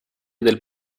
del